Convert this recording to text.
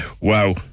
Wow